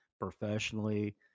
professionally